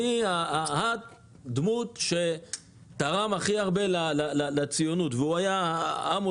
מי הדמות שתרם הכי הרבה לציונות והוא היה המודל?